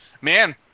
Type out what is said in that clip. man